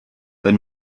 wenn